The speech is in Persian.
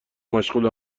مشغول